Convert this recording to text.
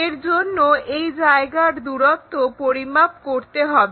এর জন্য এই জায়গার দূরত্ব পরিমাপ করতে হবে